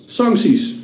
sancties